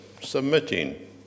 submitting